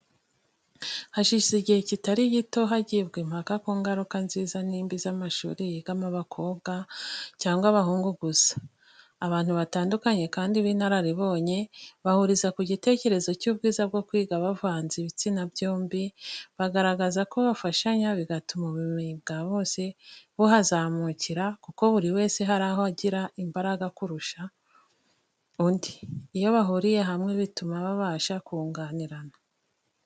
Hashize igihe kitari gito hagibwa impaka ku ngaruka nziza n'imbi z'amashuri yigamo abakobwa cyangwa abahungu gusa, abantu batandukanye kandi b'inararibonye bahuriza ku gitekerezo cy'ubwiza bwo kwiga bavanze ibitsina byombi, bagaragaza ko bafashanya, bigatuma ubumenyi bwa bose buhazamukira, kuko buri wese hari aho agira imbaraga kurusha undi, iyo bahuriye hamwe bituma babasha kunganirana.